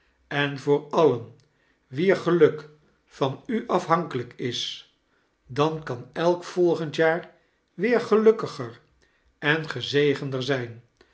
en voor alien wier geluk van u afhankelijk is dan kan elk volgend jaar weer gelukkiger en gezegemder zijn